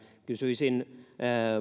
kysyisin